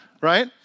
Right